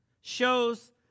shows